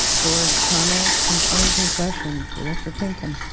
board comments concerns and questions? director pinkham